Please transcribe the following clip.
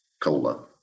COLA